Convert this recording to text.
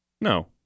No